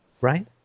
Right